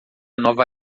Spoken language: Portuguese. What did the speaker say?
nova